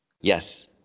Yes